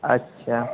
اچھا